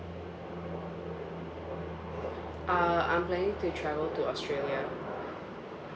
uh I'm planning to travel to australia